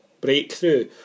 breakthrough